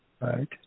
Right